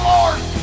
Lord